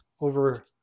over